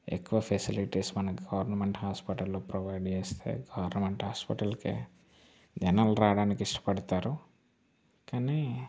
ఎక్కువ ఫెసిలిటీస్ మనకు గవర్నమెంట్ హాస్పటల్లో ప్రొవైడ్ చేస్తే గవర్నమెంట్ హాస్పిటల్స్కే జనాలు రావడానికి ఇష్టపడతారు కాని